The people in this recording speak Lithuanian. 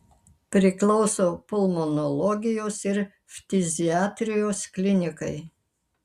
priklauso pulmonologijos ir ftiziatrijos klinikai